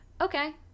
okay